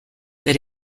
that